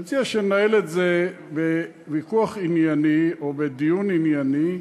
אני מציע שננהל את זה בוויכוח ענייני או בדיון ענייני,